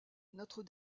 notre